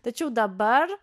tačiau dabar